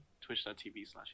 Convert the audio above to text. twitch.tv